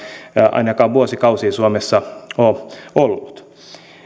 ainakaan vuosikausiin suomessa ole ollut